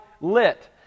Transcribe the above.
lit